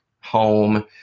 home